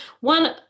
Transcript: One